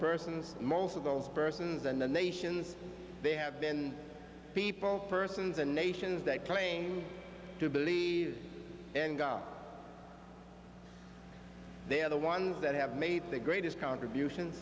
persons most of those persons and the nations they have been people persons and nations that claim to believe in god they are the ones that have made the greatest contribution